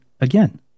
again